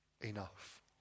Enough